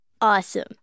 Awesome